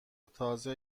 تازه